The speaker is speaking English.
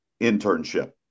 internship